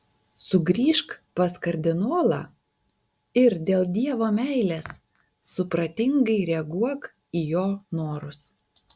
sugrįžk pas kardinolą ir dėl dievo meilės supratingai reaguok į jo norus